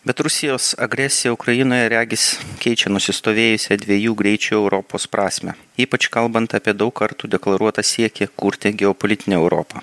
bet rusijos agresija ukrainoje regis keičia nusistovėjusią dviejų greičių europos prasmę ypač kalbant apie daug kartų deklaruotą siekį kurti geopolitinę europą